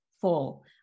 full